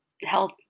health